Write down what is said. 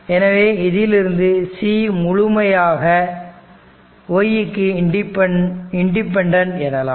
எனவே இதிலிருந்து c முழுமையாக y க்கு இன்டிபென்டன்ட் எனலாம்